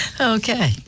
Okay